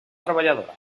treballadora